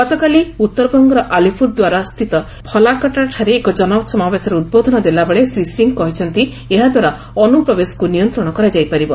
ଗତକାଲି ଉତ୍ତରବଙ୍ଗର ଆଲିପୁରଦ୍ୱାର ସ୍ଥିତ ଫଲାକଟାଠାରେ ଏକ ଜନସମାବେଶରେ ଉଦ୍ବୋଧନ ଦେଲାବେଳେ ଶ୍ରୀ ସିଂ କହିଛନ୍ତି ଏହାଦ୍ୱାରା ଅନୁପ୍ରବେଶକୁ ନିୟନ୍ତ୍ରଣ କରାଯାଇପାରିବ